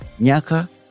Nyaka